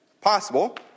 Possible